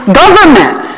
government